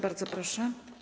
Bardzo proszę.